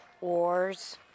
wars